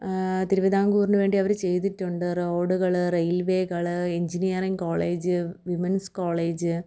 തിരുവിതാംകൂറിനു വേണ്ടി അവർ ചെയ്തിട്ടുണ്ട് റോഡുകൾ റെയിവേകൾ എഞ്ചിനിയറിങ്ങ് കോളേജ് വിമെൻസ് കോളേജ്